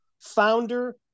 Founder